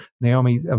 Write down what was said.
Naomi